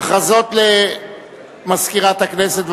הודעות למזכירת הכנסת.